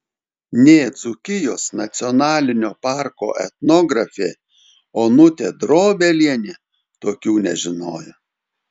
nė dzūkijos nacionalinio parko etnografė onutė drobelienė tokių nežinojo